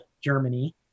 Germany